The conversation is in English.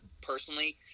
Personally